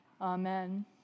amen